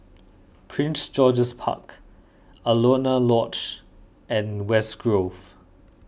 Prince George's Park Alaunia Lodge and West Grove